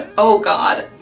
ah oh god.